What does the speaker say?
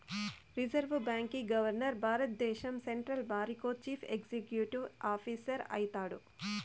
reserve బాంకీ governor భారద్దేశం central బారికో చీఫ్ ఎక్సిక్యూటివ్ ఆఫీసరు అయితాడు